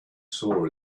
saw